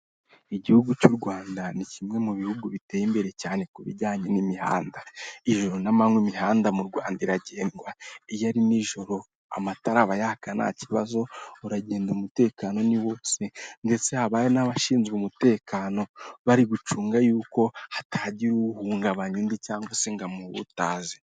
Igihugu cy'u Rwanda ni kimwe mu bihugu bi biteye imbere cyane ku bijyanye n'imihanda. Ijoro n'amanywa imihanda mu Rwanda iragendwa, iyo ari nijoro amatara aba yaka ntakibazo, uragenda umutekano ni wose ndetse habayo n'abashinzwe umutekano, bari gucunga y'uko hatagira uhungabanya undi cyangwase ngo amuhutaze.